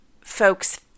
folks